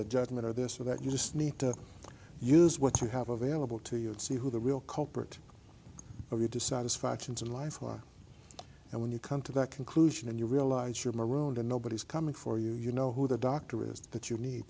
the judgment or this or that you just need to use what you have available to you and see who the real culprit if you decide it's factions in life and when you come to that conclusion and you realize you're marooned and nobody's coming for you you know who the doctor is that you need